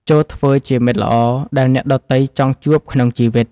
ចូរធ្វើជាមិត្តល្អដែលអ្នកដទៃចង់ជួបក្នុងជីវិត។